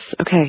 okay